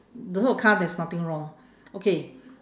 the whole car there's nothing wrong okay